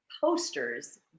posters